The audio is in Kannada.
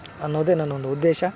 ಅನ್ನೋದೇ ನನ್ನ ಒಂದು ಉದ್ದೇಶ